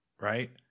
Right